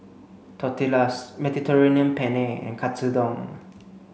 Tortillas Mediterranean Penne and Katsudon